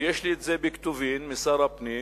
ויש לי את זה בכתובים משר הפנים,